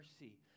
mercy